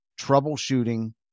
troubleshooting